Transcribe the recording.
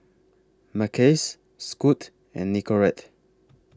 Mackays Scoot and Nicorette